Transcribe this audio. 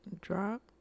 Drop